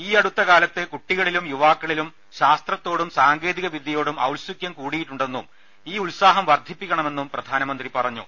ഈയടുത്ത കാലത്ത് കുട്ടികളിലും യുവാക്കളിലും ശാസ്ത്രത്തോടും സാങ്കേതികവി ദൃയോടും ഔത്സുകൃം കൂടിയിട്ടുണ്ടെന്നും ഈ ഉത്സാഹം വർദ്ധിപ്പിക്ക ണമെന്നും പ്രധാനമന്ത്രി പ്രറഞ്ഞു